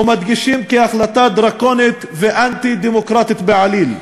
ומדגישים כי זו החלטה דרקונית ואנטי-דמוקרטית בעליל.